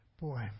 Boy